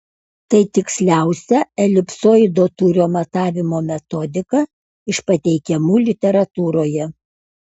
tai tiksliausia elipsoido tūrio matavimo metodika iš pateikiamų literatūroje